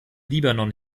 libanon